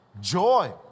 Joy